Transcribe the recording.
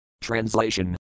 Translation